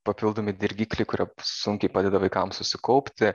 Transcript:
papildomi dirgikliai kurie sunkiai padeda vaikams susikaupti